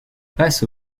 passe